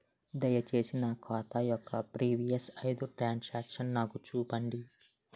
దయచేసి నా ఖాతా యొక్క ప్రీవియస్ ఐదు ట్రాన్ సాంక్షన్ నాకు చూపండి